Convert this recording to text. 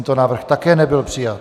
Tento návrh také nebyl přijat.